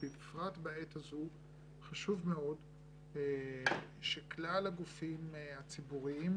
שבפרט בעת הזו חשוב מאוד שכלל הגופים הציבוריים,